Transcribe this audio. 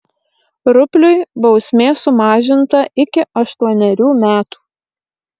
rupliui bausmė sumažinta iki aštuonerių metų